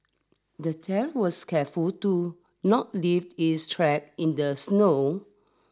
the thief was careful to not leave his track in the snow